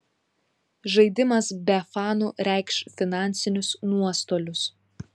žaidimas be fanų reikš finansinius nuostolius